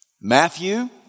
Matthew